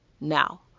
now